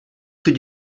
rue